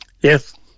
Yes